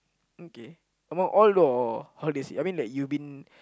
okay among all the holiday I mean that you've been